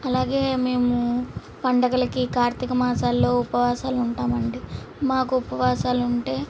అలాగే మేము పండుగలకి కార్తీకమాసాల్లో ఉపవాసాలు ఉంటామండి మాకు ఉపవాసాలు ఉంటే